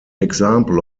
example